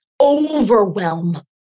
overwhelm